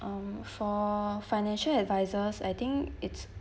um for financial advisors I think it's